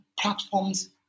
platforms